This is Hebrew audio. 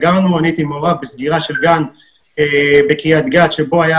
הייתי מעורב בסגירה של גן בקריית גת בו היה